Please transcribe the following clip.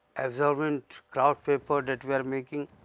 absorbent kraft, paper that we are making.